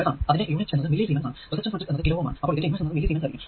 അപ്പോൾ അതിന്റെ ഇൻവെർസ് എന്നത് മില്ലി സീമെൻസ് ആയിരിക്കും